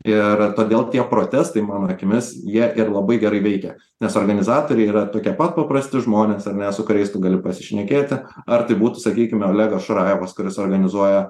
ir todėl tie protestai mano akimis jie ir labai gerai veikia nes organizatoriai yra tokie pat paprasti žmonės ar ne su kuriais tu gali pasišnekėti ar tai būtų sakykime olegas šurajevas kuris organizuoja